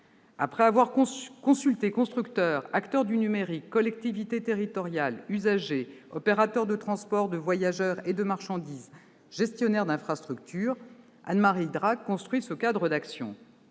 Après avoir consulté constructeurs, acteurs du numérique, collectivités territoriales, usagers, opérateurs de transport de voyageurs et de marchandises et gestionnaires d'infrastructures, Anne-Marie Idrac a construit ce cadre d'action.